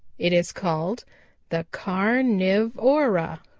it is called the car-niv-o-ra,